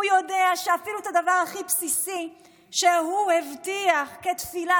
הוא יודע שאפילו את הדבר הכי בסיסי שהוא הבטיח כתפילה,